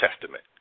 Testament